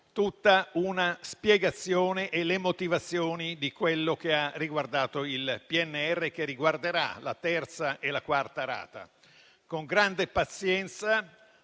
una spiegazione e le motivazioni di quello che ha riguardato il PNRR e che riguarderà la terza e la quarta rata. Con grande pazienza